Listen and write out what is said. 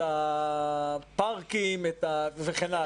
את הפארקים וכן הלאה.